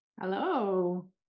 Hello